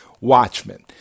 Watchmen